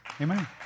Amen